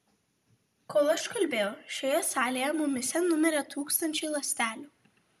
kol aš kalbėjau šioje salėje mumyse numirė tūkstančiai ląstelių